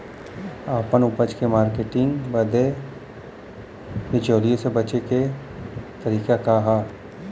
आपन उपज क मार्केटिंग बदे बिचौलियों से बचे क तरीका का ह?